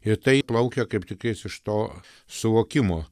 ir taip laukia kaip tikies iš to suvokimo